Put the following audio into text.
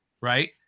right